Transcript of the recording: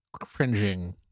Cringing